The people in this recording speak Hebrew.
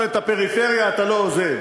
אבל את הפריפריה אתה לא עוזב.